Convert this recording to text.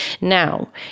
Now